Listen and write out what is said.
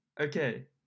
okay